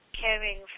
caring